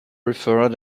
referred